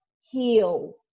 heal